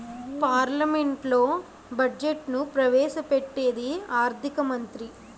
పార్లమెంట్లో బడ్జెట్ను ప్రవేశ పెట్టేది ఆర్థిక మంత్రి